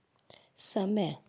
समय